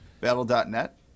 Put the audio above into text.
battle.net